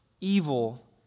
evil